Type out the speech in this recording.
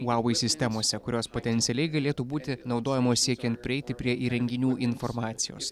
huavei sistemose kurios potencialiai galėtų būti naudojamos siekiant prieiti prie įrenginių informacijos